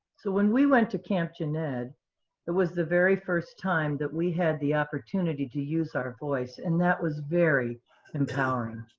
so when we went to camp jened, ah it was the very first time that we had the opportunity to use our voice, and that was very empowering.